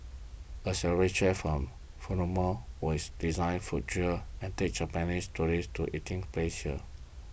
a celebrity chef from always design food trail and take Japanese tourists to eating places